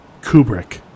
Kubrick